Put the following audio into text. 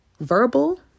Verbal